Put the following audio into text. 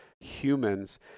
humans